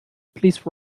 please